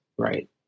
Right